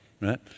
right